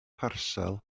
parsel